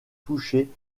touchée